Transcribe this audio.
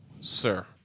sir